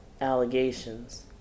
allegations